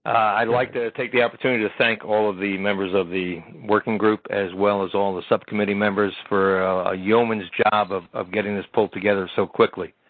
i'd like to take the opportunity to thank all of the members of the working group, as well as all the subcommittee members, for a yeoman's job of of getting this pulled together so quickly.